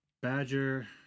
Badger